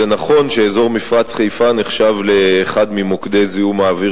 זה נכון שאזור מפרץ חיפה נחשב לאחד ממוקדי זיהום האוויר